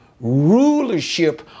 rulership